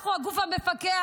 אנחנו הגוף המפקח.